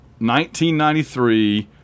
1993